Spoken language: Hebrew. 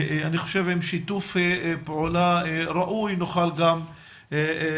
אני חושב שעם שיתוף פעולה ראוי נוכל גם לעמק